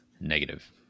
Negative